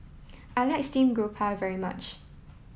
I like steamed garoupa very much